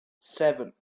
seven